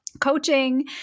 Coaching